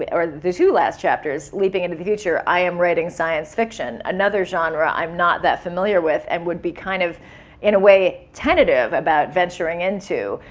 or the two last chapters, leaping into the future, i am writing science fiction, another genre i'm not that familiar with and would be kind of in a way tentative about venturing into.